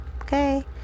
okay